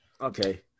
okay